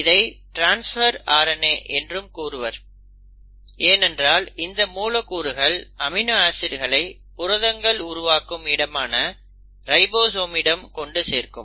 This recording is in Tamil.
இதை ட்ரான்ஸ்பர் RNA என்றும் கூறுவர் ஏனென்றால் இந்த மூலக்கூறுகள் அமினோ ஆசிட்களை புரதங்கள் உருவாகும் இடமான ரைபோசோமிடம் கொண்டு சேர்க்கும்